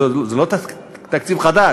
זה לא תקציב חדש,